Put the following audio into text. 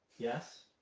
yes.